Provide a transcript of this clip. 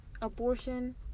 abortion